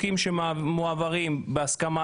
חוקים שמועברים בהסכמה,